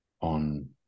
on